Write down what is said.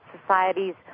societies